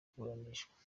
kuburanishwa